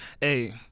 Hey